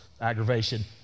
aggravation